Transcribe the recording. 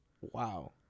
Wow